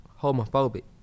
homophobic